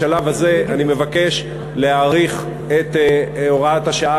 בשלב הזה אני מבקש להאריך את הוראת השעה